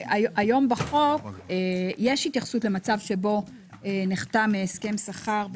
היום בחוק יש התייחסות למצב שבו נחתם הסכם שכר,